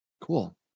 Cool